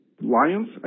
Lions